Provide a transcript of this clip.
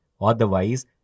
Otherwise